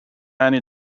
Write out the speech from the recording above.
annie